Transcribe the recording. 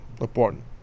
important